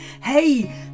Hey